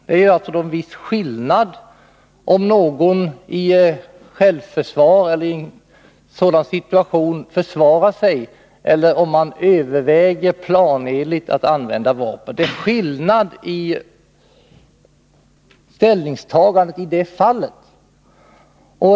Det är en viss skillnad mellan om någon i en viss situation försvarar sig och om någon överväger planenligt att använda vapen. Det är skillnad mellan ställningsta gandenaii dessa fall.